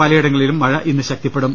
പലയിടങ്ങളിലും മഴ ഇന്ന് ശക്തിപ്പെടും